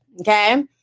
Okay